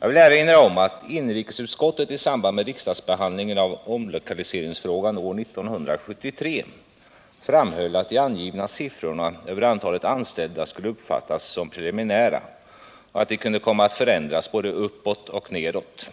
Jag vill erinra om att inrikesutskottet i samband med riksdagsbehandlingen av omlokaliseringsfrågan år 1973 framhöll att de angivna siffrorna över antalet anställda skulle uppfattas som preliminära och att de kunde komma att förändras både uppåt och nedåt.